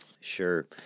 Sure